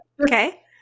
okay